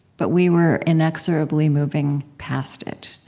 but we were inexorably moving past it.